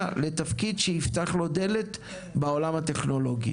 לתפקיד שיפתח לו דלת בעולם הטכנולוגי.